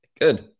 Good